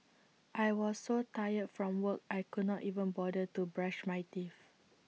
I was so tired from work I could not even bother to brush my teeth